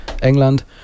England